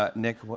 but nick,